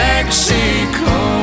Mexico